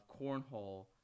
cornhole